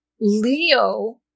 Leo